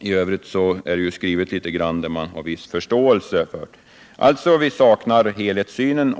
I övrigt har utskottet skrivit litet som visar att man har viss förståelse för motionerna. Vi saknar alltså helhetssynen.